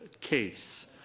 case